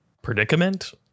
Predicament